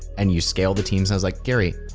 and you scale the teams. i was like, gary,